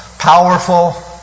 powerful